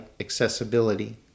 Accessibility